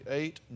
eight